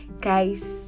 Guys